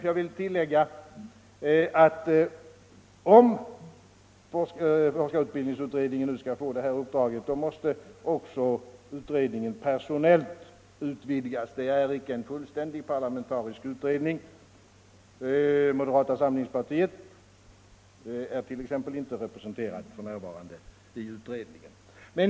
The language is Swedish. Jag vill tillägga att om forskarutbildningsutredningen nu skall få detta uppdrag, måste utredningen också utvidgas personellt — det är nu icke en fullständig parlamentarisk utredning; moderata samlingspartiet är t.ex. icke representerat i utredningen f.n.